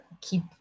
keep